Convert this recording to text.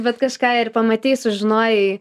bet kažką ir pamatei sužinojai